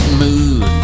mood